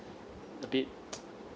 a bit